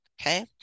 Okay